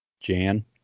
Jan